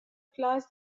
class